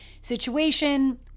situation